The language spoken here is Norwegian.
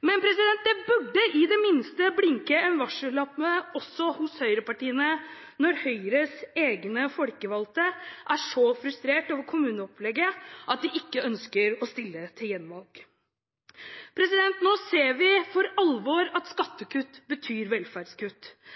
Det burde i det minste blinke en varsellampe også hos høyrepartiene når Høyres egne folkevalgte er så frustrert over kommuneopplegget at de ikke ønsker å stille til gjenvalg. Nå ser vi for alvor at skattekutt betyr velferdskutt.